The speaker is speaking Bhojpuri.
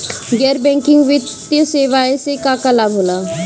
गैर बैंकिंग वित्तीय सेवाएं से का का लाभ होला?